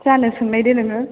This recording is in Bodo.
जानो सोंनायदो नोङो